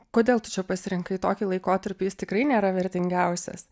kodėl tu čia pasirinkai tokį laikotarpį jis tikrai nėra vertingiausias